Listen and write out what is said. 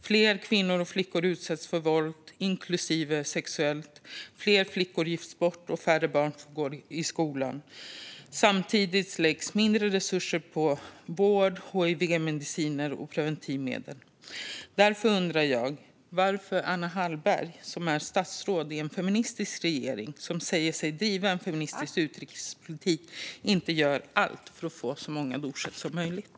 Fler kvinnor och flickor utsätts för våld, inklusive sexuellt våld, fler flickor gifts bort och färre barn går i skolan. Samtidigt läggs mindre resurser på vård, hiv-mediciner och preventivmedel. Därför undrar jag varför Anna Hallberg, som är statsråd i en feministisk regering som säger sig driva en feministisk utrikespolitik, inte gör allt för att få ut så många doser som möjligt.